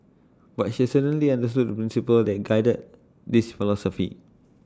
but she certainly understood the principle that guided this philosophy